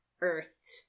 Earth